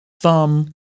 thumb